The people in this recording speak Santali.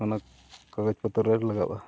ᱚᱱᱟ ᱠᱟᱜᱚᱡᱽᱼᱯᱚᱛᱨᱚ ᱨᱮ ᱞᱟᱜᱟᱜᱼᱟ